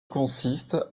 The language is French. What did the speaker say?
consiste